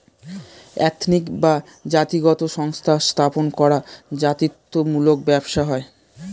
ethnic বা জাতিগত সংস্থা স্থাপন করা জাতিত্ব মূলক ব্যবসা হয়